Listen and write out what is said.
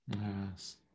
yes